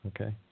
Okay